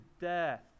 death